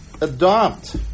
adopt